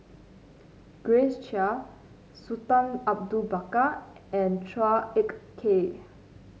Grace Chia Sultan Abu Bakar and Chua Ek Kay